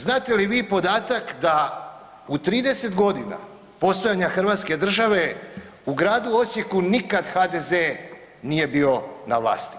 Znate li vi podatak da u 30 g. postojanja hrvatske države, u gradu Osijeku nikad HDZ nije bio na vlasti?